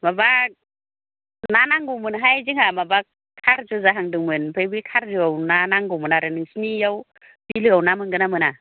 माबा ना नांगौमोनहाय जोंहा माबा खारजु जाहांदोंमोन ओमफ्राय बे खारजुयाव ना नांगौमोन आरो नोंसिनियाव बिलोआव ना मोनगोन्ना मोना